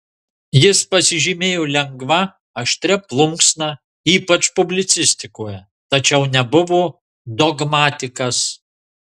jis pasižymėjo lengva aštria plunksna ypač publicistikoje tačiau nebuvo dogmatikas